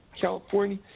California